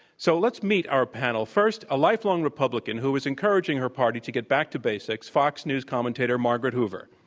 so let's meet our panel. first, a life-long republican who is encouraging her party to get back to basics, fox news commentator, margaret hoover.